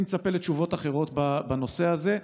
אני מצפה לתשובות אחרות בנושא הזה,